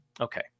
Okay